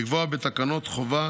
לקבוע בתקנות חובה